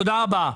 תודה רבה.